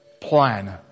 plan